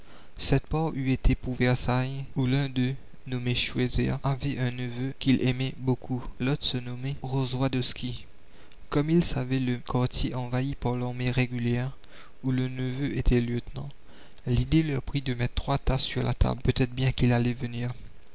cette part eût été pour versailles où l'un d'eux nommé schweitzer avait un neveu qu'il aimait beaucoup l'autre se nommait rozwadowski comme ils savaient le quartier envahi par l'armée régulière où le neveu était lieutenant l'idée leur prit de mettre trois tasses sur la table peut-être bien qu'il allait venir